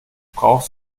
brauchst